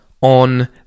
on